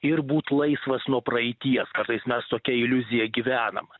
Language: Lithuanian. ir būt laisvas nuo praeities kartais mes tokia iliuzija gyvenam